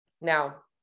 Now